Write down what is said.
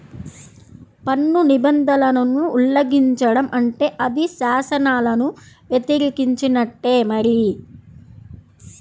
పన్ను నిబంధనలను ఉల్లంఘించడం అంటే అది శాసనాలను వ్యతిరేకించినట్టే మరి